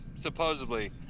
supposedly